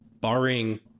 barring